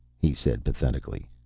he said pathetically,